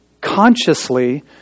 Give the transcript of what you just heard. consciously